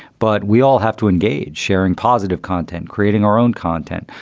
but we all have to engage, sharing positive content, creating our own content,